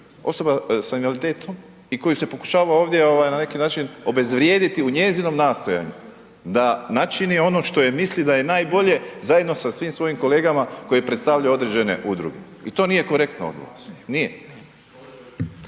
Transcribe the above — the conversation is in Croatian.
osoba sa invaliditetom i koju se pokušava ovdje na neki način obezvrijediti u njezinom nastojanju da načini ono što je misli da je nabolje zajedno sa svim svojim kolegama koji predstavljaju određene udruge i to nije korektno od vas, nije.